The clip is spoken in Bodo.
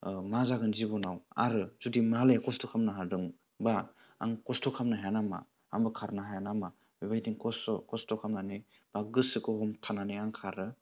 मा जागोन जिब'नाव आरो जुदि मालाया खस्थ' खालामनो हादों बा आं खस्थ' खालामनो हाया नामा आंबो खारनो हाया नामा बेबायदि खस्थ' खालामनानै आं गोसोखौ हमथानानै आं खारो